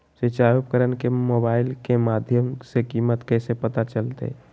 सिंचाई उपकरण के मोबाइल के माध्यम से कीमत कैसे पता चलतय?